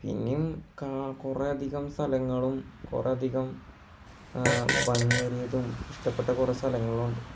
ഇനിയും കാണാൻ കുറേ അധികം സ്ഥലങ്ങളും കുറേ അധികം ഭംഗിയേറിയതും ഇഷ്ടപ്പെട്ട കുറേ സ്ഥലങ്ങളുണ്ട്